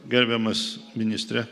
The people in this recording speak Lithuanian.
gerbiamas ministre